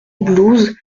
blouses